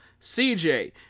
CJ